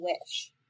wish